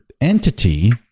entity